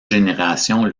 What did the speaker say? générations